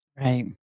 Right